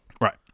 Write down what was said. Right